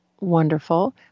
wonderful